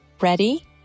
Ready